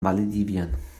malediven